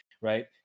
right